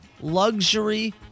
luxury